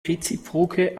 reziproke